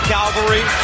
Calvary